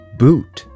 boot